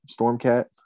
Stormcat